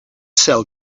sell